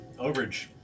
Overage